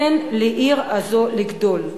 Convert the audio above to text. תן לעיר הזאת לגדול.